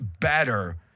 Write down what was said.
better